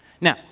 Now